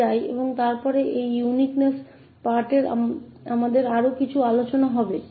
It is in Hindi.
तो आइए पहले इस प्रमेय को देखें और फिर हम इस विशिष्टता वाले हिस्से पर कुछ और चर्चा करेंगे